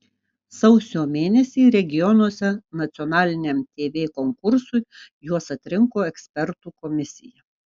sausio mėnesį regionuose nacionaliniam tv konkursui juos atrinko ekspertų komisija